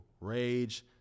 rage